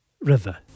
River